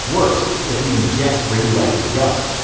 worse, if you ingest radioactive dust,